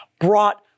brought